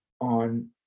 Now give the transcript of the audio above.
on